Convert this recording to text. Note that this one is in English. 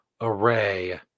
array